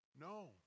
No